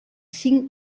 cinc